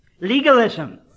Legalism